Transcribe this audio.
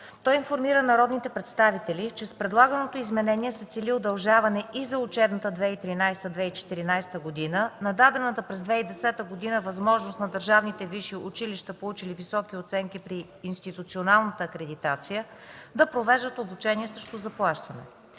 Той информира народните представители, че с предлаганото изменение се цели удължаване и за учебната година 2013/2014 г. на дадената през 2010 г. възможност на държавните висши училища, получили високи оценки при институционалната акредитация, да провеждат обучение срещу заплащане.